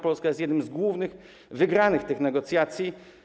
Polska jest jednym z głównych wygranych tych negocjacji.